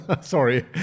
Sorry